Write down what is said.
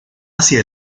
hacia